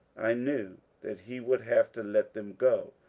i knew that he would have to let them go,